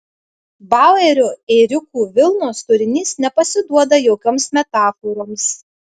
bauerio ėriukų vilnos turinys nepasiduoda jokioms metaforoms